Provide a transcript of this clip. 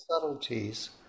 subtleties